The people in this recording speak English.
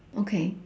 okay